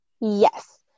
Yes